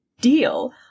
deal